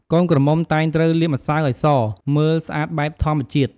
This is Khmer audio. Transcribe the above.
កូនក្រមុំតែងត្រូវលាបម្សៅឲ្យស មើលស្អាតបែបធម្មជាតិ។